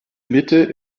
mitte